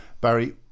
Barry